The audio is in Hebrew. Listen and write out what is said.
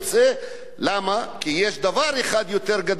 כי יש דבר אחד יותר גדול שזה האיום,